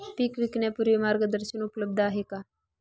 पीक विकण्यापूर्वी मार्गदर्शन उपलब्ध आहे का?